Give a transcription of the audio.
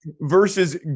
versus